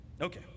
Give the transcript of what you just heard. okay